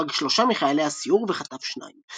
הרג שלושה מחיילי הסיור וחטף שניים.